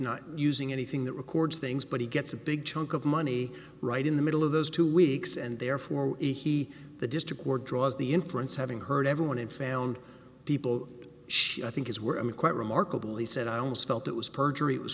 not using anything that records things but he gets a big chunk of money right in the middle of those two weeks and therefore he he the district where draws the inference having heard everyone and found people i think is were quite remarkable he said i almost felt it was perjury